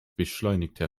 beschleunigte